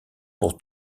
pour